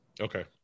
Okay